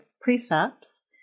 precepts